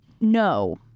No